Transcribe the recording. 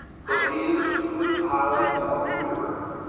but he is a good pilot down the river,